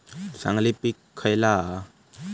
चांगली पीक खयला हा?